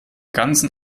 ganzen